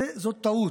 זאת טעות.